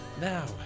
Now